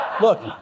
Look